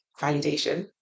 validation